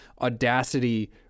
audacity